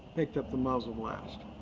picked up the muzzle blast.